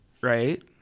Right